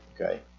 Okay